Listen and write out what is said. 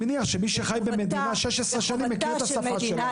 אני מניח שמי שחי במדינה 16 שנים מכיר את השפה שלה.